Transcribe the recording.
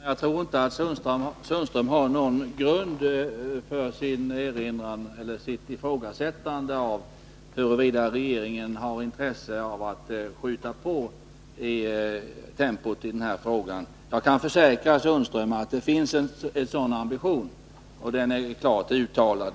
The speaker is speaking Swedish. Herr talman! Jag tror inte att Sten-Ove Sundström har någon grund för sitt ifrågasättande av att regeringen har intresse av att skjuta på i den här frågan. Jag kan försäkra Sten-Ove Sundström att det finns en sådan ambition, och den är klart uttalad.